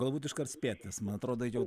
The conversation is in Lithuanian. galbūt iškart spėt nes man atrodo jau